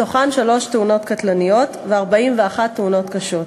מתוכן שלוש תאונות קטלניות ו-41 תאונות קשות,